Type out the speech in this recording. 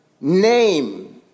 name